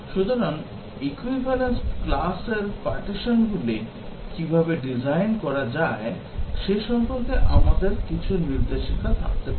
সুতরাং equivalence classর partitionগুলি কীভাবে ডিজাইন করা যায় সে সম্পর্কে আমাদের কিছু নির্দেশিকা থাকতে পারে